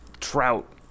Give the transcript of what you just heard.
trout